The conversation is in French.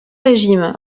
régime